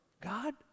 God